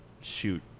shoot